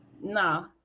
No